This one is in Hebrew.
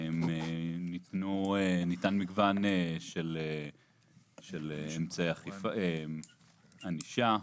ניתן מגוון של אמצעי ענישה,